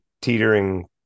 teetering